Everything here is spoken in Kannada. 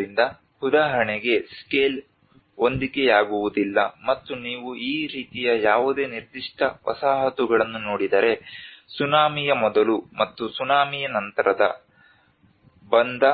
ಆದ್ದರಿಂದ ಉದಾಹರಣೆಗೆ ಸ್ಕೇಲ್ ಹೊಂದಿಕೆಯಾಗುವುದಿಲ್ಲ ಮತ್ತು ನೀವು ಈ ರೀತಿಯ ಯಾವುದೇ ನಿರ್ದಿಷ್ಟ ವಸಾಹತುಗಳನ್ನು ನೋಡಿದರೆ ಸುನಾಮಿಯ ಮೊದಲು ಮತ್ತು ಸುನಾಮಿಯ ನಂತರದ ಬಂದಾ